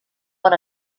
bon